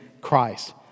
Christ